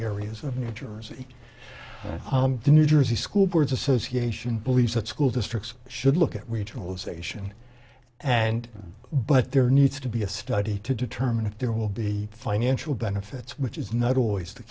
areas of new jersey the new jersey school boards association believes that school districts should look at regionalization and but there needs to be a study to determine if there will be financial benefits which is not always the